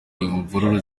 imvururu